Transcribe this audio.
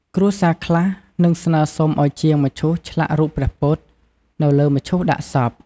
គ្រួសារខ្លះនឹងស្នើសុំឲ្យជាងមឈូសឆ្លាក់រូបព្រះពុទ្ធ នៅលើមឈូសដាក់សព។